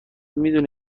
میدونی